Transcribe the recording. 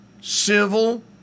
Civil